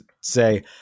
say